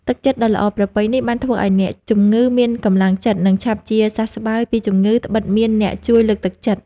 ទឹកចិត្តដ៏ល្អប្រពៃនេះ បានធ្វើឱ្យអ្នកជំងឺមានកម្លាំងចិត្ត និងឆាប់ជាសះស្បើយពីជំងឺដ្បិតមានអ្នកជួយលើកទឹកចិត្ត។